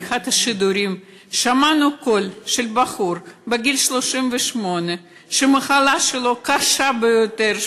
באחד השידורים שמענו קול של בחור בגיל 38 שהמחלה שלו קשה ביותר,